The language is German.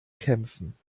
kämpfen